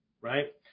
Right